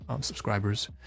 Subscribers